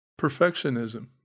Perfectionism